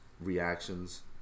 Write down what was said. reactions